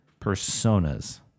personas